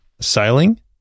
sailing